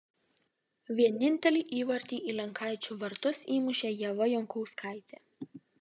vienintelį įvartį į lenkaičių vartus įmušė ieva jankauskaitė